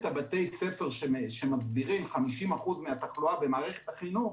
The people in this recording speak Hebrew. את בתי הספר שמסבירים 50% מהתחלואה במערכת החינוך,